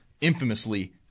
infamously